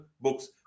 books